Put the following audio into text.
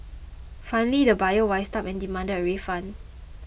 finally the buyer wised up and demanded a refund